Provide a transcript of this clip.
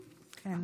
לחמאס.